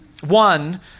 One